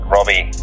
Robbie